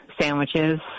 sandwiches